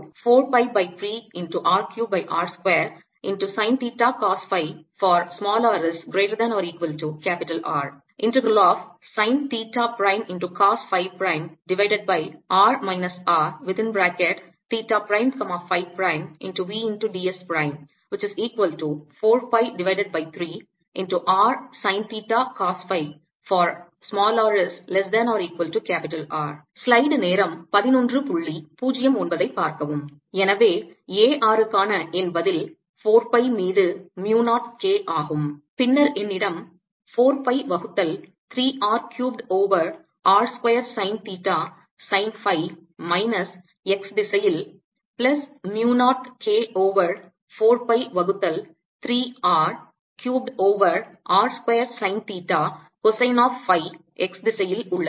எனவே A r றுக்கான என் பதில் 4 பை மீது mu 0 K ஆகும் பின்னர் என்னிடம் 4 பை வகுத்தல் 3 R cubed over r square sine theta sine phi minus x திசையில் plus mu 0 K over 4 pi வகுத்தல் 3 R cubed over r square sine theta cosine of phi x திசையில் உள்ளது